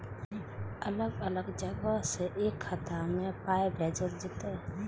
अलग अलग जगह से एक खाता मे पाय भैजल जेततै?